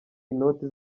inoti